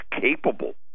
capable